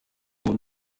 own